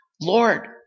Lord